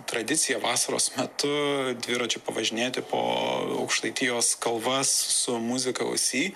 tradicija vasaros metu dviračiu pavažinėti po aukštaitijos kalvas su muzika ausy